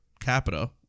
capita